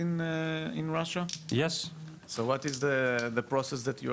אז זה שלב ההסתגלות בישראל.